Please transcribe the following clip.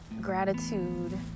Gratitude